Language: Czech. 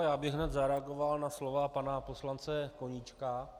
Já bych hned zareagoval na slova pana poslance Koníčka.